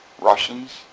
Russians